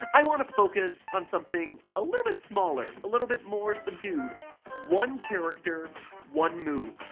i want to focus on something a little bit smaller a little bit more subdued one character one move.